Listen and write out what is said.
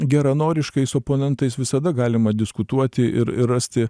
geranoriškais oponentais visada galima diskutuoti ir ir rasti